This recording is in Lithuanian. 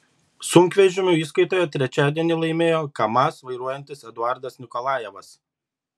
sunkvežimių įskaitoje trečiadienį laimėjo kamaz vairuojantis eduardas nikolajevas